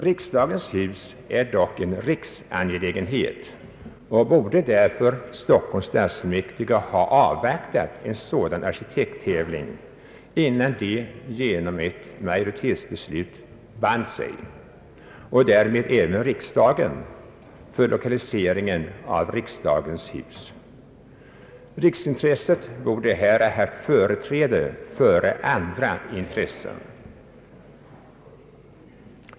Riksdagens hus är dock en riksangelägenhet, och därför borde Stockholms stadsfullmäktige ha avvaktat en sådan arkitekttävling innan de genom ett majoritetsbeslut band sig — och därmed även riksdagen — för lokaliseringen av riksdagens hus. Riksintresset borde här ha haft företräde framför andra intressen.